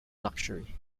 luxury